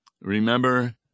Remember